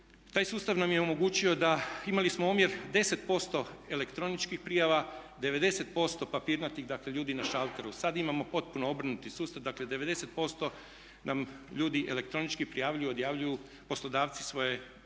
Taj sustav nam je omogućio da, imali smo omjer 10% elektroničkih prijava, 90% papirnatih dakle ljudi na šalteru, sad imamo potpuno obrnuti sustav dakle 90% nam ljudi elektronički prijavljuju, odjavljuju poslodavci svoje radnike,